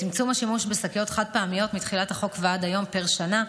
צמצום השימוש בשקיות חד-פעמיות מתחילת החוק ועד היום פר שנה,